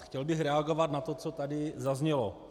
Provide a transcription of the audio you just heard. Chtěl bych reagovat na to, co tady zaznělo.